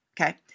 Okay